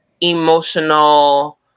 emotional